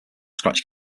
scratch